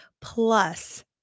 plus